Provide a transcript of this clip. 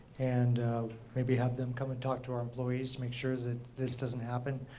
and maybe have them come and talk to our employees. make sure that this doesn't happen.